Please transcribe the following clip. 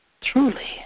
truly